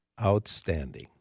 Outstanding